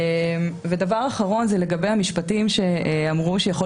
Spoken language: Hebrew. ודבר אחרון זה לגבי המשפטים שאמרו שיכול